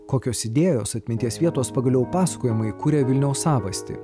kokios idėjos atminties vietos pagaliau pasakojimai kuria vilniaus savastį